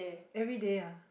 everyday ah